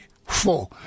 Four